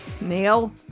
Neil